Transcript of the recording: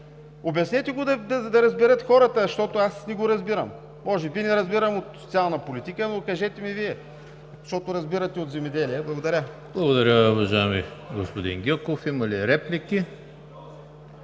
Обяснете го да разберат хората, защото аз не го разбирам. Може би не разбирам от социална политика, но кажете ми Вие, защото разбирате от земеделие. Благодаря. ПРЕДСЕДАТЕЛ ЕМИЛ ХРИСТОВ: Благодаря, уважаеми господин Гьоков. Има ли реплики?